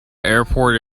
airport